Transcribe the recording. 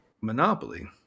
monopoly